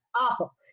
awful